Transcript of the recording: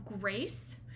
grace